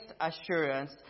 assurance